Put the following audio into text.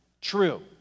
true